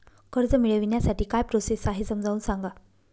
कर्ज मिळविण्यासाठी काय प्रोसेस आहे समजावून सांगा